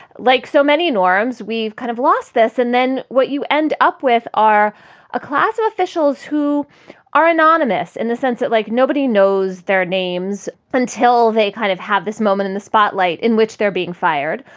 like so many norms, we've kind of lost this. and then what you end up with are a class of officials who are anonymous in the sense that, like nobody knows their names until they kind of have this moment in the spotlight in which they're being fired,